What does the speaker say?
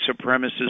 supremacists